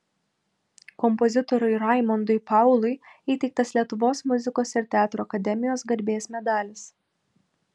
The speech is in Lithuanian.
kompozitoriui raimondui paului įteiktas lietuvos muzikos ir teatro akademijos garbės medalis